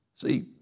See